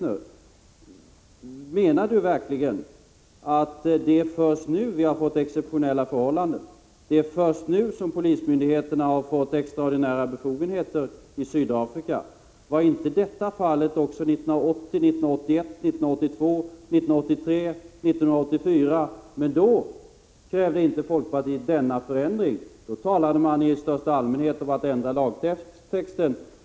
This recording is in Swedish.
Menar Maria Leissner verkligen att det är först nu som förhållandena i Sydafrika har blivit exceptionella och först nu som polismyndigheterna har fått extraordinära befogenheter? Var inte detta fallet också 1980, 1981, 1982, 1983 och 1984? Men då krävde inte folkpartiet denna förändring. Då talade man i största allmänhet om att ändra lagtexten.